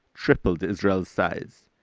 tripled israel's size.